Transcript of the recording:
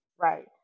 Right